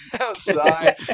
outside